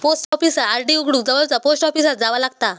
post ऑफिसात RD उघडूक जवळचा पोस्ट ऑफिसात जावा लागता